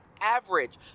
average